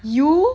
you